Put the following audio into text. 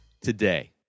today